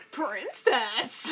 princess